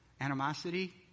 animosity